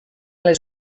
les